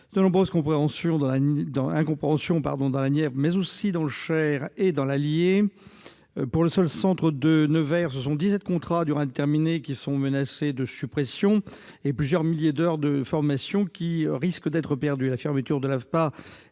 beaucoup d'incompréhension dans la Nièvre, mais aussi dans le Cher et dans l'Allier. Pour le seul centre de Nevers, ce sont dix-sept contrats à durée indéterminée qui sont menacés de suppression et plusieurs milliers d'heures de formation qui risquent d'être perdues. La fermeture de ce